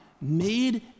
made